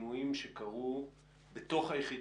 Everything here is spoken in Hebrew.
שינויים קרו בתוך היחידה,